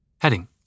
Heading